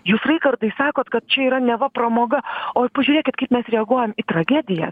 jūs kartais sakot kad čia yra neva pramoga o pažiūrėkit kaip mes reaguojam į tragediją